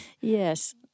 Yes